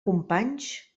companys